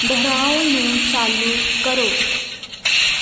ਦੁਹਰਾਓ ਨੂੰ ਚਾਲੂ ਕਰੋ